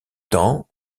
temps